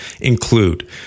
include